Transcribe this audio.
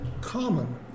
common